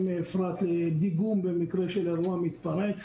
מאפרת לדיגום במקרה של אירוע מתפרץ.